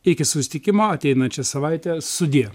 iki susitikimo ateinančią savaitę sudie